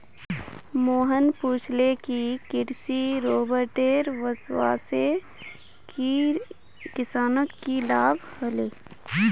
मोहन पूछले कि कृषि रोबोटेर वस्वासे किसानक की लाभ ह ले